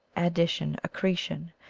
addition, accretion,